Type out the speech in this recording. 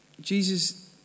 Jesus